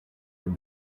have